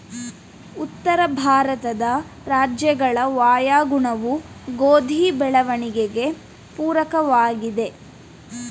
ಉತ್ತರ ಭಾರತದ ರಾಜ್ಯಗಳ ವಾಯುಗುಣವು ಗೋಧಿ ಬೆಳವಣಿಗೆಗೆ ಪೂರಕವಾಗಿದೆ,